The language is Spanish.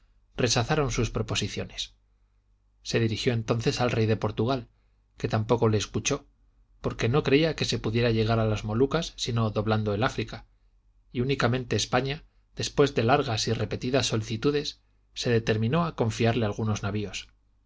rechazaron sus proposiciones se dirigió entonces al rey de portugal que tampoco le escuchó porque no creía que se pudiera llegar a las molucas sino doblando el áfrica y únicamente españa después de largas y repetidas solicitudes se determinó a confiarle algunos navios